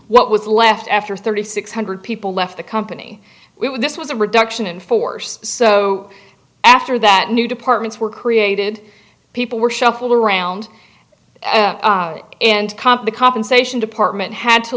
what was left after thirty six hundred people left the company we were this was a reduction in force so after that new departments were created people were shuffled around it and the compensation department had to